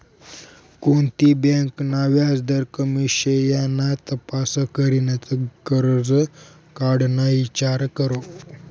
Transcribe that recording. कोणती बँक ना व्याजदर कमी शे याना तपास करीनच करजं काढाना ईचार करो